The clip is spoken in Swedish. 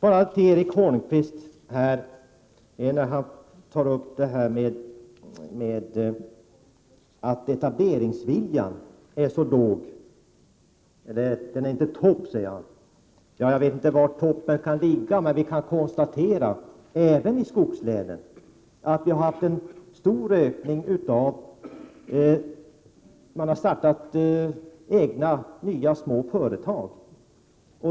Erik Holmkvist säger att etableringsviljan är låg. Den är inte på topp, säger han. Jag vet inte var toppen kan ligga. Vi kan dock även i skogslänen konstatera en stor ökning av startandet av nya små företag.